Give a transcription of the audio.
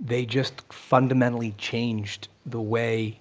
they just fundamentally changed the way